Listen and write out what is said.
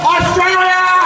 Australia